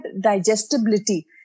digestibility